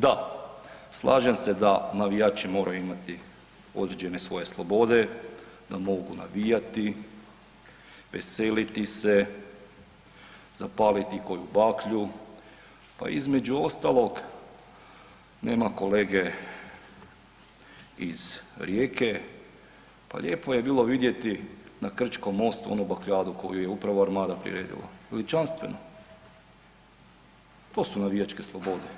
Da, slažem da navijači moraju imati određene svoje slobode, da mogu navijati, veseliti se, zapaliti koju baklju, a između ostalog nema kolege iz Rijeke, pa lijepo je bilo vidjeti na Krčkom mostu koju je upravo Armada priredila, veličanstveno, to su navijačke slobode,